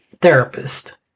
therapist